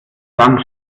gang